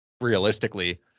realistically